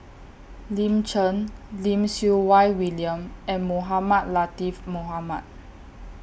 Lin Chen Lim Siew Wai William and Mohamed Latiff Mohamed